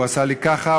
הוא עשה לי ככה,